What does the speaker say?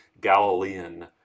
Galilean